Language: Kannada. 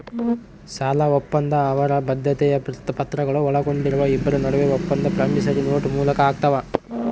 ಸಾಲಒಪ್ಪಂದ ಅವರ ಬದ್ಧತೆಯ ಪತ್ರಗಳು ಒಳಗೊಂಡಿರುವ ಇಬ್ಬರ ನಡುವೆ ಒಪ್ಪಂದ ಪ್ರಾಮಿಸರಿ ನೋಟ್ ಮೂಲಕ ಆಗ್ತಾವ